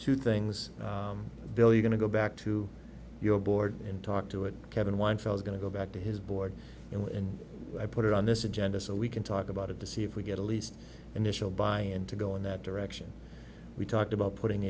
two things bill you going to go back to your board and talk to it kevin one feels going to go back to his board and i put it on this agenda so we can talk about of the see if we get a least initial buy in to go in that direction we talked about putting